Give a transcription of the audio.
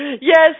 Yes